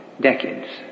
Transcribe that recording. decades